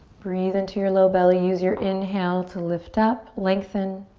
breathe into your low belly. use your inhale to lift up, lengthen.